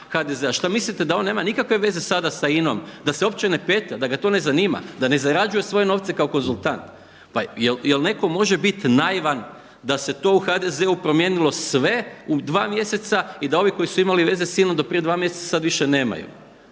HDZ-a. Šta mislite da on nema nikakve veze sada sa INA-om, da se uopće ne petlja, da ga to ne zanima, da ne zarađuje svoje novce kao konzultant? Pa jel' netko može biti naivan da se to u HDZ-u promijenilo sve u dva mjeseca i da ovi koji su imali veze sa INA-om do prije dva mjeseca i da ovi koji